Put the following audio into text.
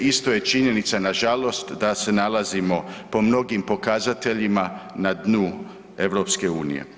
Isto je činjenica na žalost da se nalazimo po mnogim pokazateljima na dnu EU.